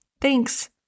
Thanks